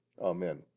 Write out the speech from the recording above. amen